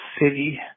city